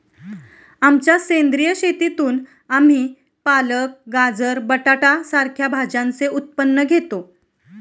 आमच्या सेंद्रिय शेतीतून आम्ही पालक, गाजर, बटाटा सारख्या भाज्यांचे उत्पन्न घेतो